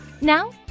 Now